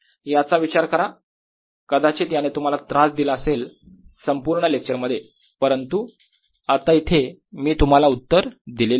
याचा विचार करा कदाचित याने तुम्हाला त्रास दिला असेल संपूर्ण लेक्चर मध्ये परंतु आता येथे मी तुम्हाला उत्तर दिले आहे